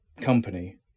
company